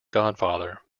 godfather